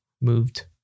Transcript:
moved